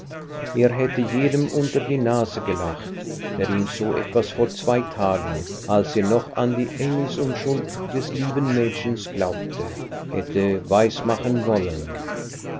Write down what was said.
er hätte jedem unter die nase gelacht der ihm so etwas vor zwei tagen als er noch an die engelsunschuld des lieben mädchens glaubte hätte weismachen wollen